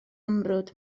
amrwd